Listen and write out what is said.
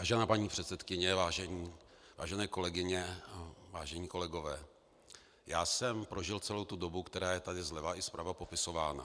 Vážená paní předsedkyně, vážené kolegyně a vážení kolegové, já jsem prožil celou tu dobu, která je tady zleva i zprava popisována.